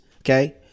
okay